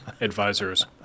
advisors